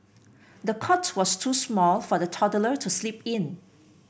the cot was too small for the toddler to sleep in